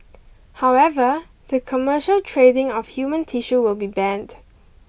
however the commercial trading of human tissue will be banned